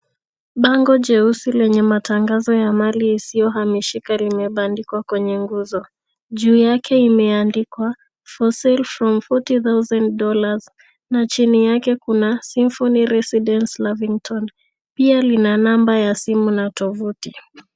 Bango jeusi lenye matangazo ya mali isiyohamishika limebandikwa kwenye nguzo. Juu yake imeandikwa for sale from $ 40,000 na chini yake kuna siphon residence Lavington. Pia lina number ya simu na tovuti.